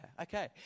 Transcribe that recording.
okay